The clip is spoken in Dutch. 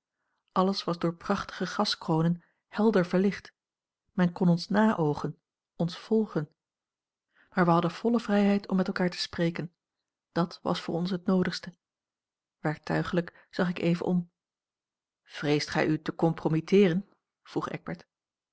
alles was door prachtige gaskronen helder verlicht men kon ons naoogen ons volgen maar wij hadden volle vrijheid om met elkaar te spreken dat was voor ons het noodigste werktuiglijk zag ik even om vreest gij u te compromitteeren vroeg eckbert